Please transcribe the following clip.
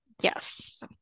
yes